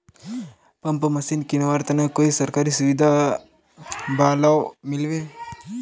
Pump machine किनवार तने कोई सरकारी सुविधा बा लव मिल्बी?